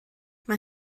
mae